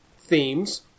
themes